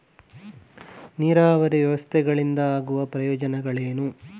ನೀರಾವರಿ ವ್ಯವಸ್ಥೆಗಳಿಂದ ಆಗುವ ಪ್ರಯೋಜನಗಳೇನು?